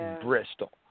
Bristol